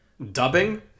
Dubbing